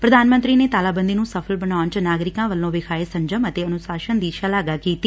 ਪ੍ਰਧਾਨ ਮੰਤਰੀ ਨੇ ਤਾਲਾਬੰਦੀ ਨੁੰ ਸਫ਼ਲ ਬਣਾਉਣ ਚ ਨਾਗਰਿਕਾਂ ਵੱਲੋ ਵਿਖਾਏ ਸੰਜਮ ਅਤੇ ਅਨੁਸ਼ਾਸਨ ਦੀ ਸ਼ਲਾਘਾ ਕੀਤੀ